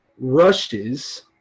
rushes